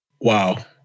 Wow